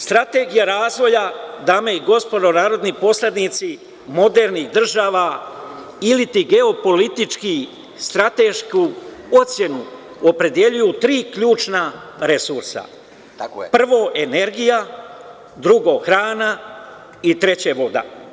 Strategija razvoja, dame i gospodo narodni poslanici, modernih država ili ti geopolitički stratešku ocenu opredeljuju tri ključna resursa: 1) energija; 2) hrana i 3) voda.